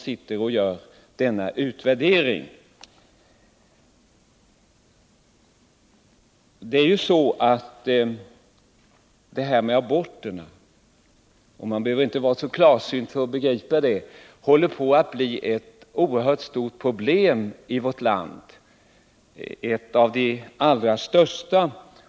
Enligt vad jag hört skall det vidare vara enbart kvinnor som kommer att göra denna utvärdering. Man behöver inte vara så särskilt klarsynt för att begripa att aborterna håller på att bli ett oerhört stort problem i vårt land — ett av de allra största.